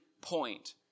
point